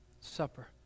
supper